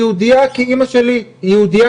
היא יהודייה כי אמא שלי היא יהודייה